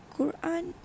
Quran